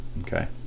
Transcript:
okay